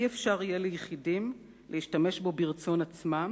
אי-אפשר יהיה ליחידים להשתמש בו ברצון עצמם